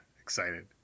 excited